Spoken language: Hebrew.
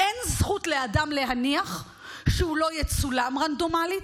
אין זכות לאדם להניח שהוא לא יצולם רנדומלית,